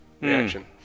reaction